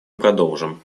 продолжим